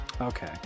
Okay